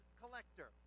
collector